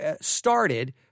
started